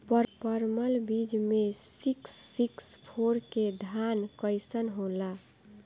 परमल बीज मे सिक्स सिक्स फोर के धान कईसन होला?